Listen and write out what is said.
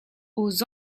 aux